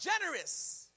generous